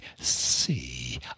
see